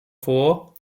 vor